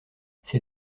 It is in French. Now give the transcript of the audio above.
ses